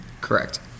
Correct